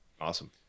awesome